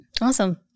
Awesome